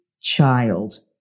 child